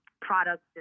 products